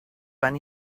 when